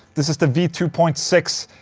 this is the v two point six.